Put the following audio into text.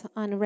on